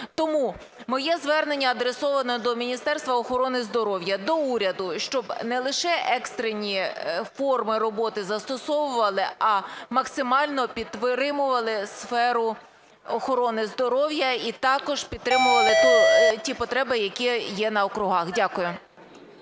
Тому моє звернення адресовано до Міністерства охорони здоров'я, до уряду, щоб не лише екстрені форми роботи застосовували, а максимально підтримували сферу охорони здоров'я, і також підтримували ті потреби, які є на округах. Дякую.